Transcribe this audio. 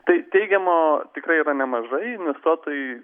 tai teigiamo tikrai yra nemažai investuotojai